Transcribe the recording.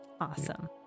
Awesome